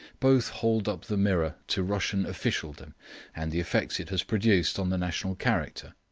both hold up the mirror to russian officialdom and the effects it has produced on the national character.